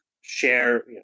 share